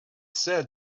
said